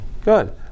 Good